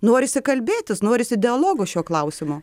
norisi kalbėtis norisi dialogo šiuo klausimu